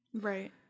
Right